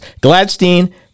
Gladstein